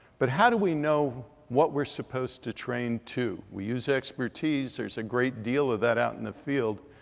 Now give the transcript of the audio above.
but how do we know what we're supposed to train to? we use expertise. there's a great deal of that out in the field,